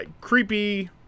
Creepy